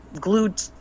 glued